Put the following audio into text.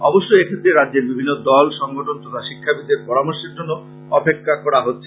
অবশ্য এ ক্ষেত্রে রাজ্যের বিভিন্ন দল সংগঠন তথা শিক্ষাবিদদের পরামর্শের জন্য অপেক্ষা করা হচ্ছে